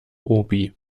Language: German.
obi